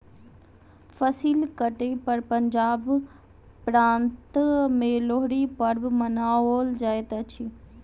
फसिल कटै पर पंजाब प्रान्त में लोहड़ी पर्व मनाओल जाइत अछि